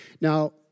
Now